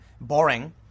boring